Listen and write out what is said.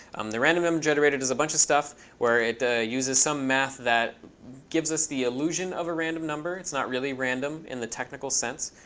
um the random number um generator does a bunch of stuff where it uses some math that gives us the illusion of a random number it's not really random in the technical sense.